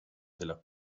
della